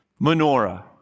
menorah